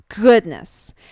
Goodness